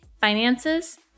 finances